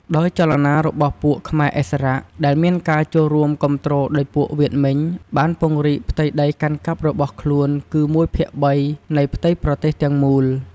ដោយចលនារបស់ពួកខ្មែរឥស្សរៈ ដែលមានការចូលរួមគាំទ្រដោយពួកវៀតមិញ បានពង្រីកផ្ទៃដីកាន់កាប់របស់ខ្លួនគឺ ១/៣ នៃផ្ទៃប្រទេសទាំងមូល ។